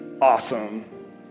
awesome